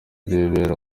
urebera